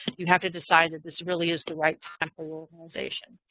you have to decide that this really is the right time for your organization.